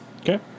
Okay